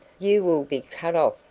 you will be cut off,